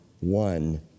one